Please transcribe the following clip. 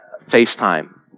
FaceTime